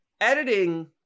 editing